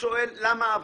שואל למה ההבחנה?